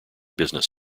business